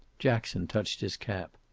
jackson touched his cap.